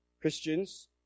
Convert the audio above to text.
christians